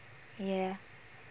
ya